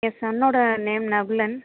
என் சன்னோடய நேம் நகுலன்